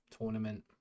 tournament